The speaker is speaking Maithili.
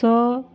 तऽ